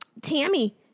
Tammy